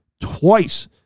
twice